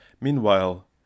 Meanwhile